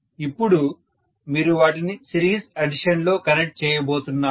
ఇప్పుడు మీరు వాటిని సిరీస్ అడిషన్ లో కనెక్ట్ చేయబోతున్నారు